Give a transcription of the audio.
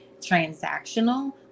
transactional